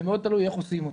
זה מאוד תלוי איך עושים אותו.